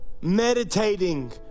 meditating